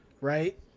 right